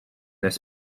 n’est